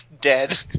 Dead